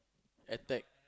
attack